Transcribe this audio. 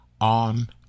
on